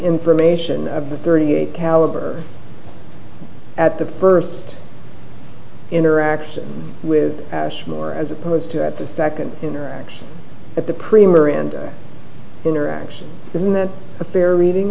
information of the thirty eight caliber at the first interaction with ashmore as opposed to at the second interaction at the prayer and interaction isn't that a fair reading